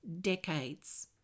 decades